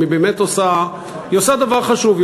היא עושה דבר חשוב,